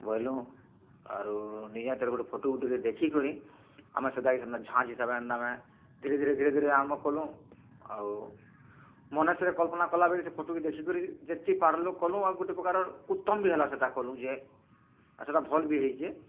ବଇଲୁଁ ଆରୁ ନିଜେ ହେତେରୁ ଗୋଟେ ଫଟୁ ଗୋଟେକେ ଦେଖି କରି ଆମେ ସେତାକେ ସେନ୍ତା ଝାଞ୍ଚ୍ ହିସାବେ ଏନ୍ତା ମାନେ ଧୀରେ ଧୀରେ ଧୀରେ ଧୀରେ ଆରମ କଲୁଁ ଆଉ ମନେ ସେ କଲ୍ପନା କଲା ବେଲେ ସେ ଫଟୁକେ ଦେଖି କରି ଯେତକି ପାରଲୁଁ କଲୁଁ ଆରୁ ଗୋଟେ ପ୍ରକାରର ଉତ୍ତମ ବି ହେଲା ସେଟା କଲୁଁ ଯେ ଆର୍ ସେଟା ଭଲ୍ ବି ହେଇଛେ